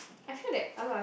I feel like a lot of